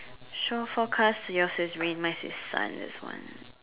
shaw four cars yours is rain mine is sun this one